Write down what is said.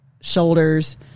shoulders